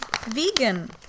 vegan